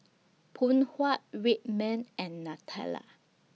Phoon Huat Red Man and Nutella